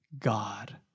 God